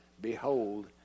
Behold